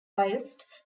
whilst